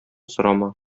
сорама